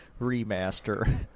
remaster